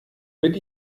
mit